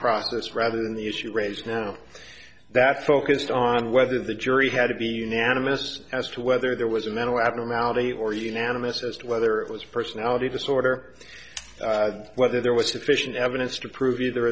process rather than the issue raised now that focused on whether the jury had to be unanimous as to whether there was a mental abnormality or unanimous as to whether it was a personality disorder whether there was sufficient evidence to prove either